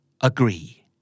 Agree